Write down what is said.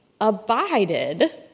abided